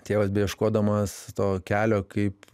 tėvas beieškodamas to kelio kaip